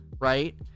right